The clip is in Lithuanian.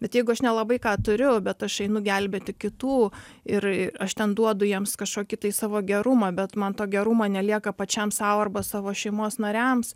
bet jeigu aš nelabai ką turiu bet aš einu gelbėti kitų ir aš ten duodu jiems kažkokį tai savo gerumą bet man to gerumo nelieka pačiam sau arba savo šeimos nariams